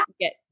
get